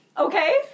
Okay